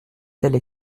telle